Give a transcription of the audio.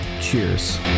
cheers